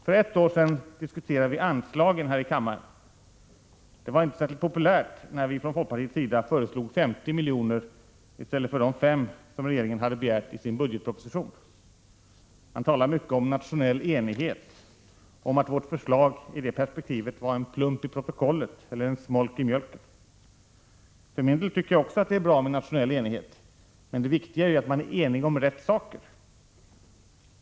För ett år sedan diskuterade vi anslagen här i kammaren. Det var inte särskilt populärt när vi från folkpartiets sida föreslog 50 miljoner i stället för de 5 miljoner som regeringen hade begärt i sin budgetproposition. Man talade mycket om nationell enighet och om att vårt förslag i det perspektivet var en plumpi protokollet eller smolk i mjölken. För min del tycker jag också att det är bra med nationell enighet, men det viktiga är ju att vi är eniga om rätt saker.